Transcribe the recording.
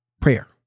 prayer